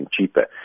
cheaper